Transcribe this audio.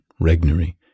Regnery